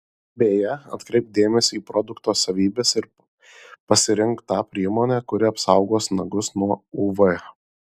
beje atkreipk dėmesį į produkto savybes ir pasirink tą priemonę kuri apsaugos nagus nuo uv